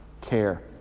care